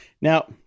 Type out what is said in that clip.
Now